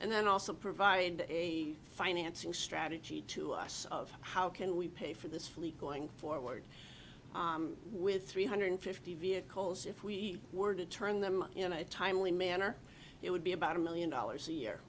and then also provide a financing strategy to us of how can we pay for this fleet going forward with three hundred fifty vehicles if we were to turn them in a timely manner it would be about a million dollars a year